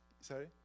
Sorry